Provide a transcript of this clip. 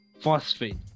phosphate